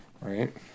right